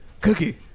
Cookie